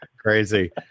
crazy